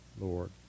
Lord